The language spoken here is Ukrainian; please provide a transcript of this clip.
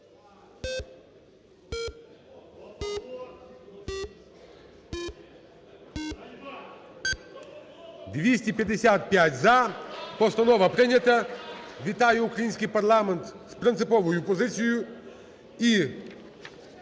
За-255 Постанова прийнята. Вітаю український парламент з принциповою позицією.